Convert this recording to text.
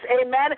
amen